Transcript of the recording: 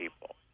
people